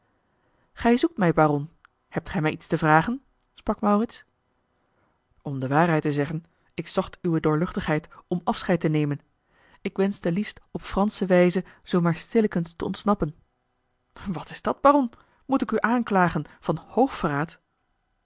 gij zoekt mij baron hebt gij mij iets te vragen sprak maurits om de waarheid te zeggen ik zocht uwe doorluchtigheid om afscheid te nemen ik wenschte liefst op fransche wijze zoo maar stillekens te ontsnappen wat is dat baron moet ik u aanklagen van